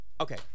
okay